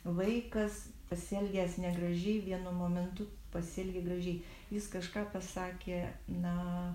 vaikas pasielgęs negražiai vienu momentu pasielgė gražiai jis kažką pasakė na